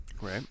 Right